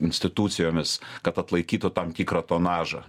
institucijomis kad atlaikytų tam tikrą tonažą